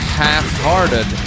half-hearted